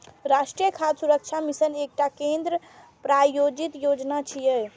राष्ट्रीय खाद्य सुरक्षा मिशन एकटा केंद्र प्रायोजित योजना छियै